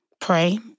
pray